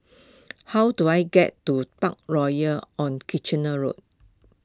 how do I get to Parkroyal on Kitchener Road